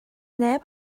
neb